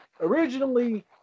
Originally